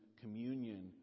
communion